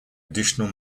additional